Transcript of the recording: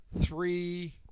three